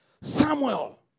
Samuel